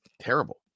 terrible